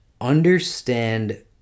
understand